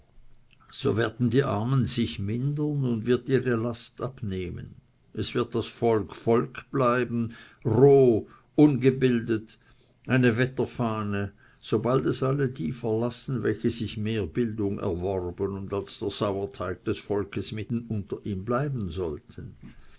so werden die armen sich mindern und wird ihre last abnehmen es wird das volk volk bleiben roh ungebildet eine wetterfahne sobald es alle die verlassen welche sich mehr bildung erworben und als der sauerteig des volkes mitten unter ihm bleiben sollten